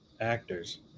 actors